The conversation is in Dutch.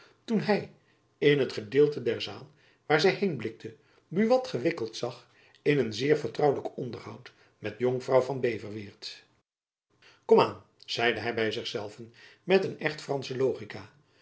toen hy in het gedeelte der zaal waar zy heen blikte buat gewikkeld zag in een zeer vertrouwelijk onderhoud met de jonkvrouw van beverweert komaan zeide hy by zich zelven met een echt fransche logica